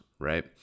Right